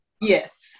Yes